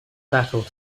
battle